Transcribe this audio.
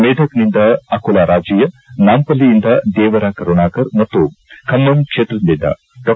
ಮೇಧಕ್ನಿಂದ ಅಕುಲ ರಾಜಯ್ಲಿ ನಾಂಪಲ್ಲಿಯಿಂದ ದೇವರ ಕರುಣಾಕರ್ ಮತ್ತು ಖಮ್ದಂ ಕ್ಷೇತ್ರದಿಂದ ಡಾ